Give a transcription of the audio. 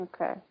Okay